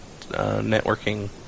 networking